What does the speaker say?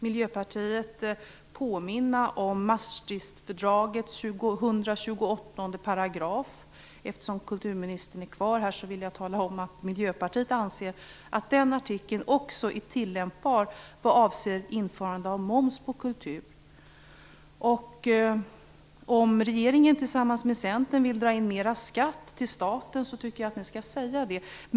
Miljöpartiet vill påminna om Maastrichtfördragets 128 §. Eftersom kulturministern är kvar i kammaren vill jag tala om att Miljöpartiet anser att den artikeln också är tillämpbar vad avser införande av moms på kultur. Om regeringen tillsammans med Centern vill dra in mer skatt till staten tycker jag att ni skall säga det.